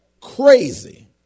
crazy